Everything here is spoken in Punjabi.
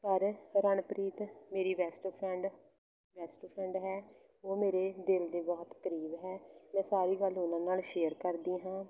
ਪਰ ਰਣਪ੍ਰੀਤ ਮੇਰੀ ਬੈਸਟ ਫਰੈਂਡ ਬੈਸਟ ਫਰੈਂਡ ਹੈ ਉਹ ਮੇਰੇ ਦਿਲ ਦੇ ਬਹੁਤ ਕਰੀਬ ਹੈ ਮੈਂ ਸਾਰੀ ਗੱਲ ਉਹਨਾਂ ਨਾਲ ਸ਼ੇਅਰ ਕਰਦੀ ਹਾਂ